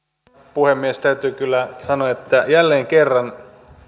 puhemies täytyy kyllä sanoa että jälleen kerran